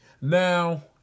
Now